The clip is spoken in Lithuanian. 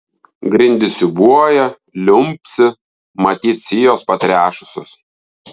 grindys siūbuoja liumpsi matyt sijos patrešusios